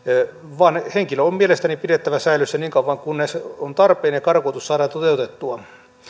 vaan henkilö on mielestäni pidettävä säilössä niin kauan kuin on tarpeen että karkotus saadaan toteutettua